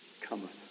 cometh